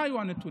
מה היו הנתונים?